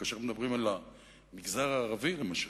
כאשר מדברים על המגזר הערבי, למשל,